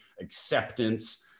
acceptance